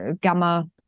gamma